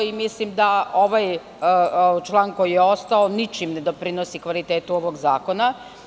Mislim da ovaj član koji je ostao ničim ne doprinosi kvalitetu ovog zakona.